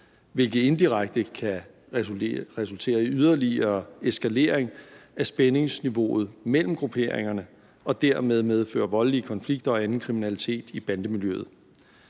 hvilket indirekte kan resultere i yderligere eskalering af spændingsniveauet mellem grupperingerne og dermed medføre voldelige konflikter og anden kriminalitet i bandemiljøet.